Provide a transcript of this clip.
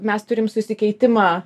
mes turim susikeitimą